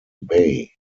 bay